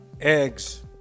eggs